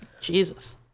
Jesus